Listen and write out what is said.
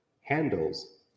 handles